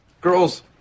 Girls